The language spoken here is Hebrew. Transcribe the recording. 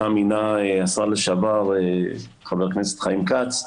אותה מינה השר לשעבר ח"כ חיים כץ,